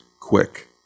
quick